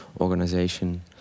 organization